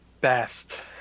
best